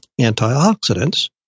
antioxidants